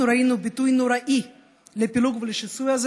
אנחנו ראינו ביטוי נוראי לפילוג ולשיסוי הזה